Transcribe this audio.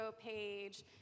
page